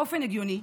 באופן הגיוני,